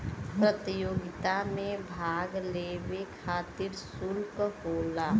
प्रतियोगिता मे भाग लेवे खतिर सुल्क होला